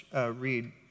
read